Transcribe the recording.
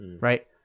right